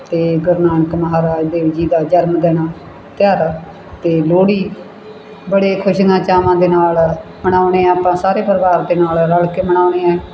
ਅਤੇ ਗੁਰੂ ਨਾਨਕ ਮਹਾਰਾਜ ਦੇਵ ਜੀ ਦਾ ਜਨਮਦਿਨ ਤਿਉਹਾਰ ਅਤੇ ਲੋਹੜੀ ਬੜੇ ਖੁਸ਼ੀਆਂ ਚਾਵਾਂ ਦੇ ਨਾਲ ਮਨਾਉਂਦੇ ਹਾਂ ਆਪਾਂ ਸਾਰੇ ਪਰਿਵਾਰ ਦੇ ਨਾਲ ਰਲ ਕੇ ਮਨਾਉਂਦੇ ਹਾਂ